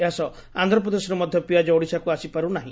ଏହା ସହ ଆନ୍ଧ୍ରପ୍ରଦେଶର୍ ମଧ୍ୟ ପିଆଜ ଓଡ଼ିଶାକୁ ଆସିପାର୍ ନାହି